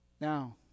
Now